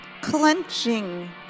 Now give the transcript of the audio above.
clenching